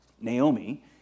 Naomi